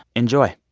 enjoy